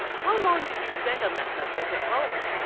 how, long did you spend on that subject at home